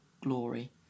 glory